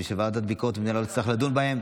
בשביל שהוועדה לביקורת המדינה לא תצטרך לדון בהן.